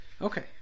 okay